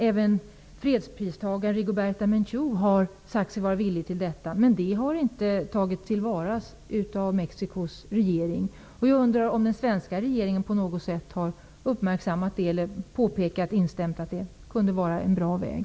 Även fredspristagaren Rigoberta Menchu har sagt sig vara villig att medla. Men det har inte tagits till vara av Mexicos regering. Jag undrar om den svenska regeringen på något sätt har uppmärksammat detta eller påverkat saken. Det kunde vara en bra väg.